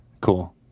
Cool